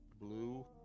Blue